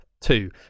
Two